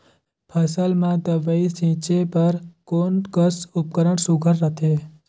फसल म दव ई छीचे बर कोन कस उपकरण सुघ्घर रथे?